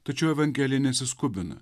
tačiau evangelija nesiskubina